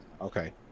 Okay